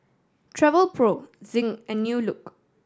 Travelpro Zinc and New Look